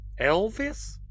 Elvis